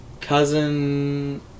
cousin